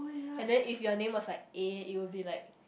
and then if your name was like A it will be like